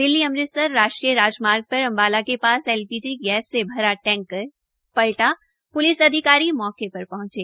दिल्ली अमृतसर राष्ट्रीय राजमार्ग पर अम्बाला के पास एल पी जी गैस से भरा कैंटर पलटा प्लिस अधिकारी मौके पर पहंचे